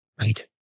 Right